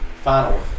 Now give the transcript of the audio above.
Final